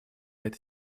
этой